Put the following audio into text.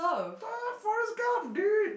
tore for his cup dude